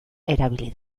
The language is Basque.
erabili